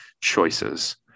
choices